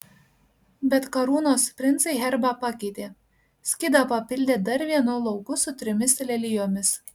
bet karūnos princai herbą pakeitė skydą papildė dar vienu lauku su trimis lelijomis